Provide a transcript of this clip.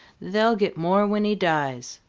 they'll get more when he dies.